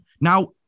Now